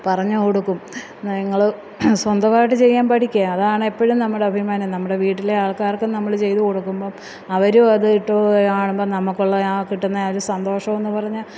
പറഞ്ഞ് കൊടുക്കും നിങ്ങള് സ്വന്തമായിട്ട് ചെയ്യാന് പഠിക്ക് അതാണെപ്പഴും നമ്മുടെ അഭിമാനം വീട്ടിലെ ആള്ക്കാര്ക്കും നമ്മള് ചെയ്ത് കൊടുക്കുമ്പം അവരും അതു ഇട്ട് കാണുമ്പം നമുക്ക് ഉള്ള ആ കിട്ടുന്ന ആ ഒര് സന്തോഷം എന്ന് പറഞ്ഞാൽ